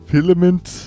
Filament